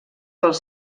pels